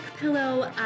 pillow